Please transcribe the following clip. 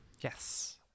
Yes